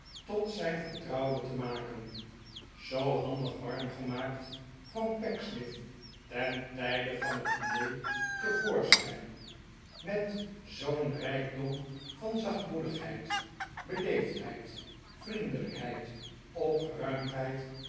tot zijn vertrouwde te maken zoo handig warm gemaakt kwam pecksniff ten tijde van het diner te voorschijn met zoo'n rijkdom van zachtmoedigheid beleefdheid vriendelijkheid